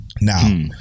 Now